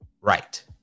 Right